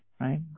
right